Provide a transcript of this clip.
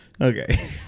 okay